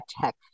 tech